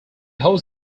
holds